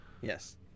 Yes